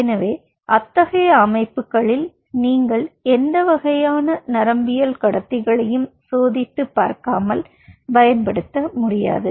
எனவே அத்தகைய அமைப்புகளில் நீங்கள் எந்த வகையான நரம்பியக்கடத்திகளையும் சோதித்து பார்க்காமல் பயன்படுத்த முடியாது